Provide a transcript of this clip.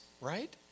Right